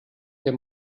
der